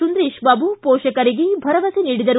ಸುಂದರೇಶ ಬಾಬು ಪೋಷಕರಿಗೆ ಭರವಸೆ ನೀಡಿದರು